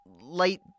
light